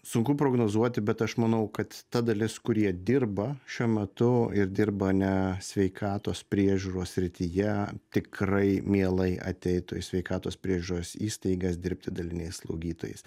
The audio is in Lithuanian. sunku prognozuoti bet aš manau kad ta dalis kurie dirba šiuo metu ir dirba ne sveikatos priežiūros srityje tikrai mielai ateitų į sveikatos priežiūros įstaigas dirbti daliniais slaugytojais